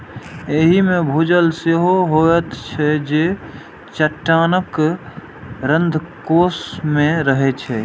एहि मे भूजल सेहो होइत छै, जे चट्टानक रंध्रकोश मे रहै छै